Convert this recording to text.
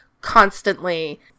constantly